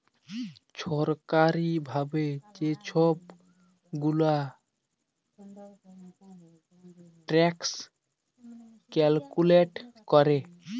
ছরকারি ভাবে যে ছব গুলা ট্যাক্স ক্যালকুলেট ক্যরে